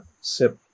SIP